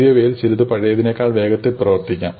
പുതിയവയിൽ ചിലത് പഴയതിനേക്കാൾ വേഗത്തിൽ പ്രവർത്തിക്കാം